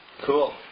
Cool